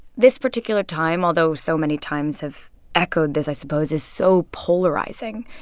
this particular time, although so many times have echoed this, i suppose, is so polarizing.